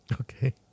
Okay